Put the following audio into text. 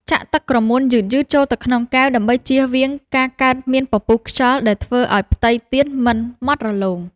ចាក់ទឹកក្រមួនយឺតៗចូលទៅក្នុងកែវ ដើម្បីជៀសវាងការកើតមានពពុះខ្យល់ដែលធ្វើឱ្យផ្ទៃទៀនមិនម៉ត់រលោង។